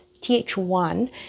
Th1